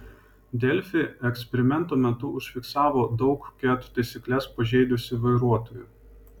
delfi eksperimento metu užfiksavo daug ket taisykles pažeidusių vairuotojų